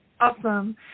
awesome